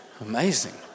Amazing